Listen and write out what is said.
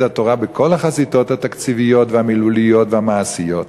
התורה בכל החזיתות התקציביות והמילוליות והמעשיות,